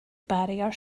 barrier